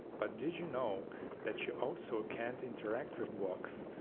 but did you know that you also can't interact with blocks?